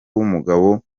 w’umugabo